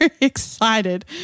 excited